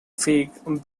fig